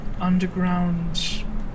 underground